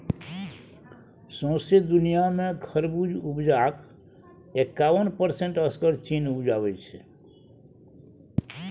सौंसे दुनियाँ मे खरबुज उपजाक एकाबन परसेंट असगर चीन उपजाबै छै